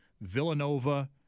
Villanova